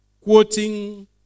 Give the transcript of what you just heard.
quoting